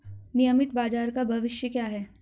नियमित बाजार का भविष्य क्या है?